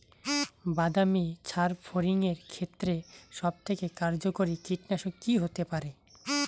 বাদামী গাছফড়িঙের ক্ষেত্রে সবথেকে কার্যকরী কীটনাশক কি হতে পারে?